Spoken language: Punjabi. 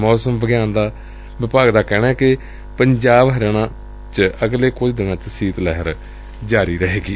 ਮੌਸਮ ਵਿਭਾਗ ਦਾ ਕਹਿਣੈ ਕਿ ਪੰਜਾਬ ਤੇ ਹਰਿਆਣਾ ਚ ਅਗਲੇ ਕੁਝ ਦਿਨਾ ਚ ਸੀਤ ਲਹਿਰ ਜਾਰੀ ਰਹੇਗੀ